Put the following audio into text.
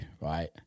right